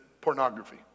pornography